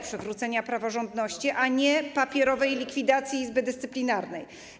przywrócenia praworządności, a nie papierowej likwidacji Izby Dyscyplinarnej.